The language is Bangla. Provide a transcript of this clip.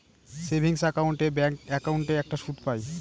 সেভিংস একাউন্ট এ ব্যাঙ্ক একাউন্টে একটা সুদ পাই